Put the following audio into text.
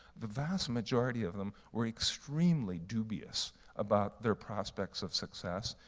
the vast majority of them were extremely dubious about their prospects of success.